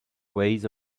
ways